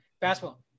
Basketball